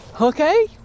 Okay